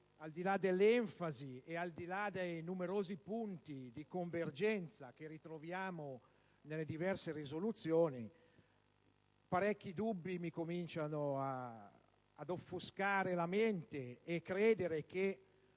Al di là dell'enfasi e al di là dei numerosi punti di convergenza che ritroviamo nelle diverse risoluzioni, parecchi dubbi cominciano ad offuscarmi la mente e a farmi credere che